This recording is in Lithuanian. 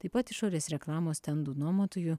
taip pat išorės reklamos stendų nuomotojų